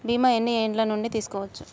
బీమా ఎన్ని ఏండ్ల నుండి తీసుకోవచ్చు?